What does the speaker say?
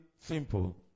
simple